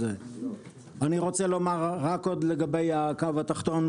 אני רוצה לומר רק עוד לגבי הקו התחתון,